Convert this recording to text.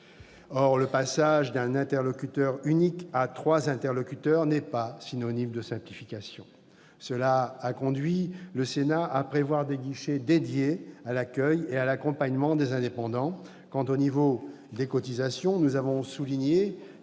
Or le passage d'un interlocuteur unique à trois interlocuteurs n'est pas synonyme de simplification. Cela a conduit le Sénat à prévoir des guichets dédiés à l'accueil et à l'accompagnement des indépendants. Quant au niveau des cotisations, nous avons souligné